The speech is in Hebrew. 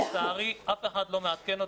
לצערי אף אחד לא מעדכן אותנו,